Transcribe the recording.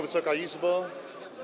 Wysoka Izbo!